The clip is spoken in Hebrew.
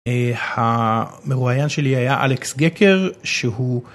המרואיין שלי היה אלכס גקר שהוא.